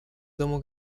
domu